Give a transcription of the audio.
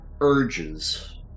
urges